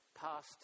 past